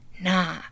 nah